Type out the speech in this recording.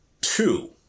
Two